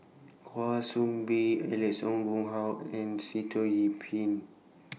Kwa Soon Bee Alex Ong Boon Hau and Sitoh Yih Pin